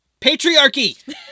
Patriarchy